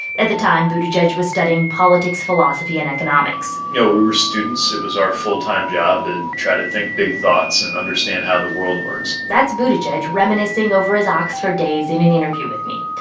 at the time, buttigieg was studying politics, philosophy and economics you know, we were students. it was our full-time job to try to think big thoughts and understand how the world works that's buttigieg reminiscing over his oxford days in an interview with me.